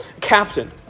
captain